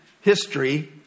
history